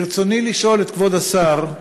ברצוני לשאול את כבוד השר: